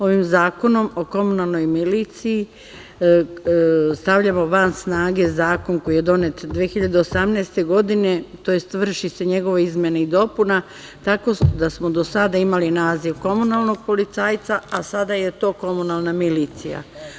Ovim zakonom o komunalnoj miliciji stavljamo van snage zakon koji je donet 2018. godine tj. vrši se njegova izmena i dopuna, tako da smo do sada imali naziv komunalnog policajca, a sada je to komunalna milicija.